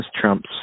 trumps